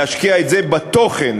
להשקיע את זה בתוכן,